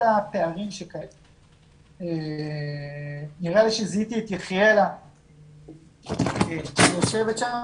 כל הפערים - נראה לי שזיהיתי את יחיאלה יושבת שם